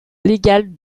légale